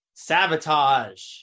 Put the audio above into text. Sabotage